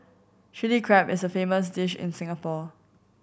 Chilli Crab is a famous dish in Singapore